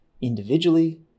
individually